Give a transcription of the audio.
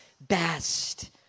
best